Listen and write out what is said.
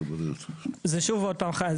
זה שוב עוד פעם,